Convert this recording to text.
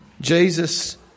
Jesus